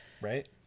right